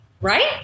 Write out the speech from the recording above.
Right